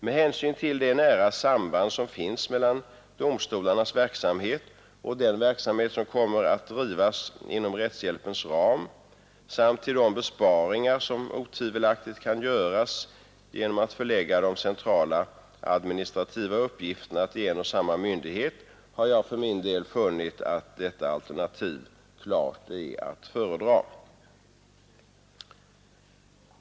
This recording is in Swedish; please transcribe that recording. Med hänsyn till det nära samband som finns mellan domstolarnas verksamhet och den verksamhet som kommer att drivas inom rättshjälpens ram samt till de besparingar som otvivelaktigt kan göras genom att förlägga de centrala administrativa uppgifterna till en och samma myndighet har jag för min del funnit att detta alternativ klart är att föredra.